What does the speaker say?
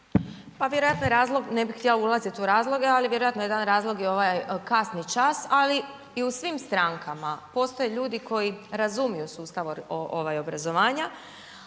Pa vjerojatno je razlog, ne bih htjela ulazit u razloge, al vjerojatno je jedan razlog i ovaj kasni čas, ali i u svim strankama postoje ljudi koji razumiju sustav ovaj obrazovanja,